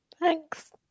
thanks